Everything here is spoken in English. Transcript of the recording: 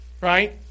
right